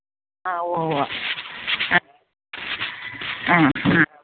ആ ഉവ്വ് ഉവ്വ് ആ ആ ആ